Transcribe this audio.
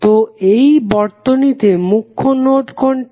তো এই বর্তনীতে মুখ্য নোড কোনটি